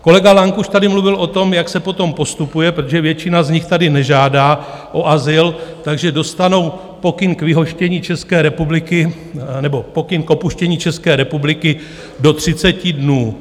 Kolega Lang už tady mluvil o tom, jak se potom postupuje, protože většina z nich tady nežádá o azyl, takže dostanou pokyn k vyhoštění z České republiky nebo pokyn k opuštění České republiky do 30 dnů.